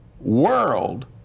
world